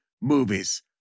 movies